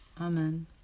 Amen